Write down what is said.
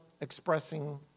expressing